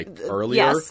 earlier